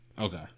Okay